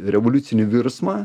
revoliucinį virsmą